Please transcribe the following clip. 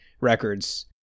Records